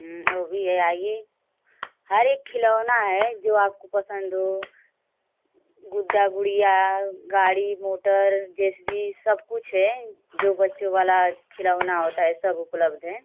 वो भी है आइए हर एक खिलाैना है जो आपको पसंद हो गुड्डा गुड़िया गाड़ी मोटर जिस भी सब कुछ है जो बच्चों वाला खिलौना होता है सब उपलब्ध हैं